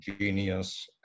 genius